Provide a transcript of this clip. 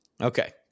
Okay